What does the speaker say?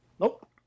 nope